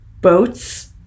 boats